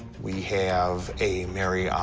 we have a mariamene,